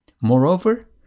Moreover